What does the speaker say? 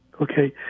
Okay